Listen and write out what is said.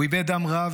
הוא איבד דם רב,